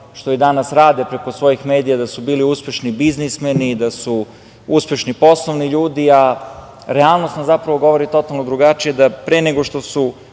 što i danas rade preko svojih medija da su bili uspešni biznismeni, da su uspešni poslovni ljudi, a realnost nam govori totalno drugačije, da pre nego što su